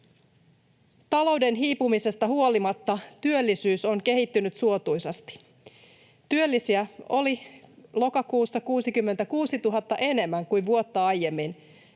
Talouden hiipumisesta huolimatta työllisyys on kehittynyt suotuisasti. Työllisiä oli lokakuussa 66 000 enemmän kuin vuotta aiemmin,